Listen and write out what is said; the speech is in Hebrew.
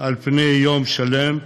פני יום שלם,